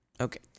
Okay